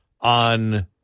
on